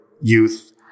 youth